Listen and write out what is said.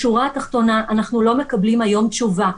בשורה התחתונה אנחנו לא מקבלים היום תשובה.